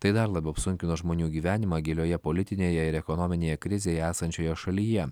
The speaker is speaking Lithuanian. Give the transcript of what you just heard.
tai dar labiau apsunkino žmonių gyvenimą gilioje politinėje ir ekonominėje krizėje esančioje šalyje